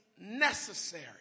necessary